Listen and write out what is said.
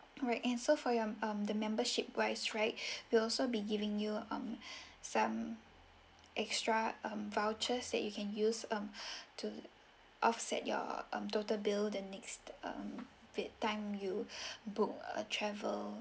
alright and so for your um the membership wise right we will also be giving you some extra um vouchers that you can use um to offset your um total bill the next um wth time you book a travel